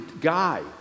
guy